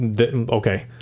Okay